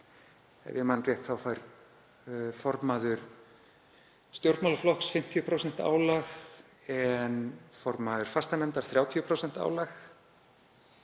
Ef ég man rétt þá fær formaður stjórnmálaflokks 50% álag en formaður fastanefndar 30% álag